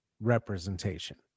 representation